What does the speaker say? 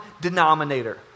denominator